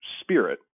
spirit